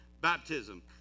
baptism